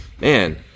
man